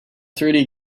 thirty